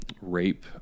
rape